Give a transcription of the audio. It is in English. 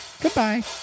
Goodbye